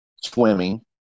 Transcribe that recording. swimming